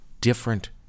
different